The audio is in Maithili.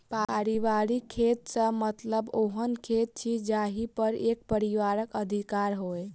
पारिवारिक खेत सॅ मतलब ओहन खेत अछि जाहि पर एक परिवारक अधिकार होय